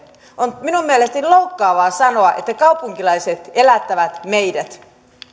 on minun mielestäni loukkaavaa sanoa että kaupunkilaiset elättävät meidät